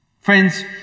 Friends